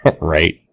Right